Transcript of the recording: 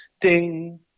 ding